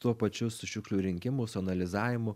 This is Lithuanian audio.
tuo pačiu su šiukšlių rinkimu su analizavimu